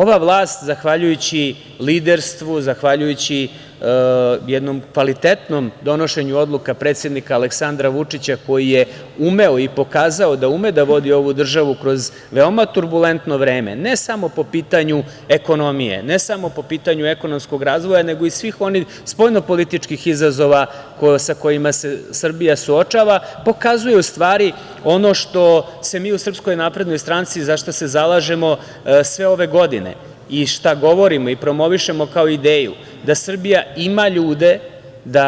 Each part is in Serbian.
Ova vlast zahvaljujući liderstvu, zahvaljujući jednom kvalitetnom donošenju odluka predsednika Aleksandra Vučića, koji je umeo i pokazao da ume da vodi ovu državu kroz veoma turbulentno vreme ne samo po pitanju ekonomije, ne samo po pitanju ekonomskog razvoja, nego i svih onih spoljnopolitičkih izazova sa kojima se Srbija suočava, pokazuju u stvari ono za šta mi u SNS zalažemo sve ove godine i šta govorimo i promovišemo, kao ideju, da Srbija ima ljude, da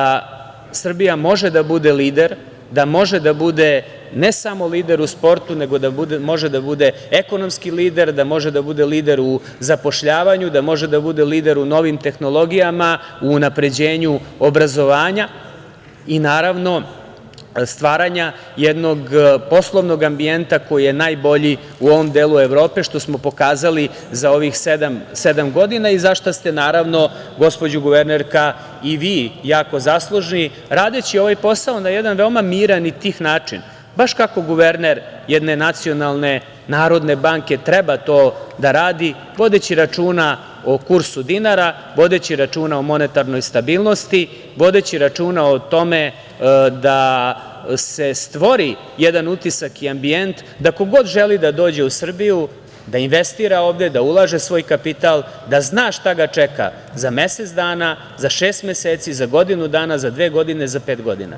Srbija može da bude lider, da može da bude ne samo lider u sportu, nego da može da bude ekonomski lider, da može da bude lider u zapošljavanju, da može da bude lider u novim tehnologijama, u unapređenju obrazovanja i naravno stvaranja jednog poslovnog ambijenta koji je najbolji u ovom delu Evrope, što smo pokazali za ovih sedam godina i za šta ste, naravno, gospođo guvernerka, i vi jako zaslužni, radeći ovaj posao na veoma miran i tih način, baš kako guverner jedne nacionalne narodne banke treba to da radi, vodeći računa o kursu dinara, vodeći računa o monetarnoj stabilnosti, vodeći računa o tome da se stvori jedan utisak i ambijent da ko god želi da dođe u Srbiju da investira ovde, da ulaže svoj kapital, da zna šta ga čeka za mesec dana, za šest meseci, za godinu dana, za dve godine, za pet godina.